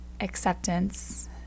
acceptance